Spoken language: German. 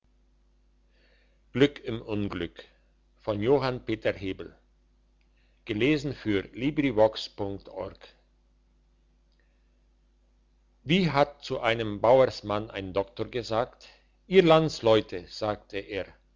wie hat zu einem bauersmann ein doktor gesagt ihr landleute sagte er